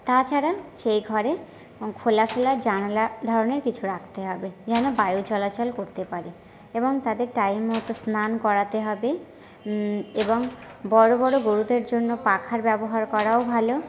তাছাড়া সেই ঘরে খোলা ফেলা জানলা ধরনের কিছু রাখতে হবে যেন বায়ু চলাচল করতে পারে এবং তাদের টাইম মতো স্নান করাতে হবে এবং বড় বড় গরুদের জন্য পাখার ব্যবহার করাও ভালো